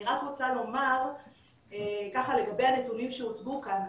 אני רק רוצה לומר לגבי הנתונים שהוצגו כאן,